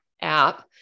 app